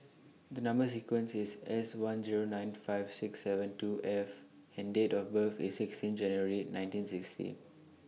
The Number sequence IS S one Zero nine five six seven two F and Date of birth IS sixteen January nineteen sixty